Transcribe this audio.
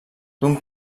d’un